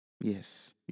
Yes